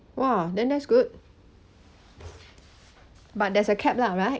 !wah! then that's good but there's a cap lah right